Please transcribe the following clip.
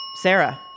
Sarah